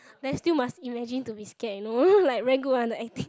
then still must imagine to be scared you know like very good one the acting